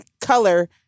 color